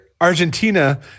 Argentina